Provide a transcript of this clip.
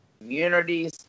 communities